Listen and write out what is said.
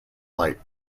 light